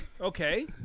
Okay